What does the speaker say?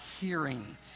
hearing